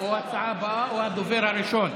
או ההצעה הבאה או הדובר הראשון.